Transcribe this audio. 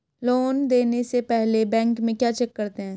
Loan देने से पहले बैंक में क्या चेक करते हैं?